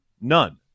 none